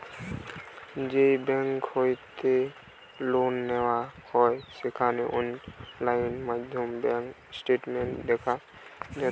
যেই বেংক হইতে লোন নেওয়া হয় সেখানে অনলাইন মাধ্যমে ব্যাঙ্ক স্টেটমেন্ট দেখা যাতিছে